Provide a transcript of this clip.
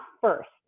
first